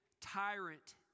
tyrant